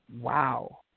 wow